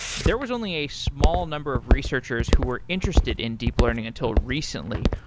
there was only a small number of researchers who were interested in deep learning until recently.